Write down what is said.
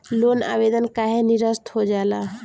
Loan आवेदन काहे नीरस्त हो जाला?